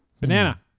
Banana